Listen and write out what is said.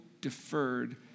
deferred